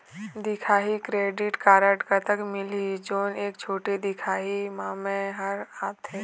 दिखाही credit card कतक मिलही जोन एक छोटे दिखाही म मैं हर आथे?